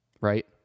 Right